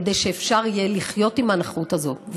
כדי שאפשר יהיה לחיות עם הנכות הזאת,